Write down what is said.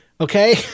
okay